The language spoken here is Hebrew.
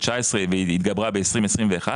2019 והתגברה ב-2021-2020.